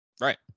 Right